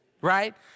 right